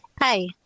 Hi